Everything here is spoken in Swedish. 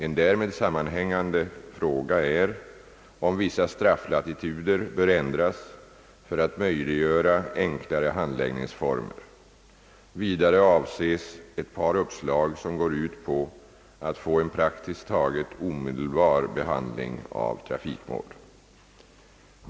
En därmed sammanhängande fråga är om vissa strafflatituder bör ändras för att möjliggöra enklare handläggningsformer. Vidare avses ett par uppslag som går ut på att få en praktiskt taget omedelbar behandling av trafikmål.